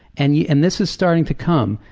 and yeah and this is starting to come,